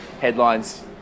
headlines